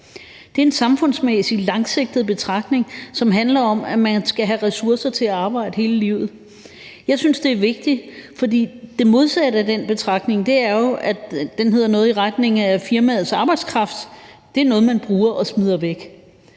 Det er en samfundsmæssig langsigtet betragtning, som handler om, at man skal have ressourcer til at arbejde hele livet. Jeg synes, det er vigtigt, for det modsatte af den betragtning hedder jo noget i retning af, at firmaets arbejdskraft er noget, som man bruger og smider væk.